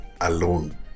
alone